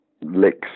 licks